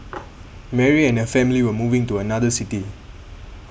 Mary and her family were moving to another city